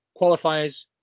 qualifiers